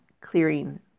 clearing